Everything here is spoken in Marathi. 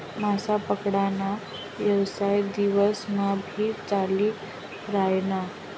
मासा पकडा ना येवसाय दिवस मा भी चाली रायना